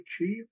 achieve